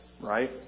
Right